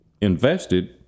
invested